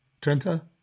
Trenta